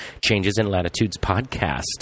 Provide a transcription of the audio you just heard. changesinlatitudespodcast